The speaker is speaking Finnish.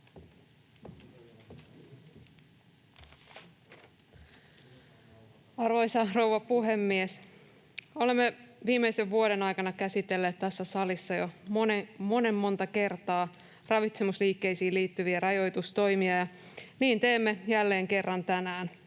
Arvoisa rouva puhemies! Olemme viimeisen vuoden aikana käsitelleet tässä salissa jo monen monta kertaa ravitsemusliikkeisiin liittyviä rajoitustoimia, ja niin teemme jälleen kerran tänään.